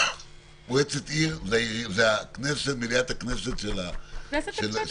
מועצת עיר זו מליאת הכנסת של הרשות.